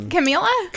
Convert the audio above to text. Camila